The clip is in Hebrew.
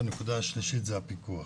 והנקודה השלישית זה הפיקוח.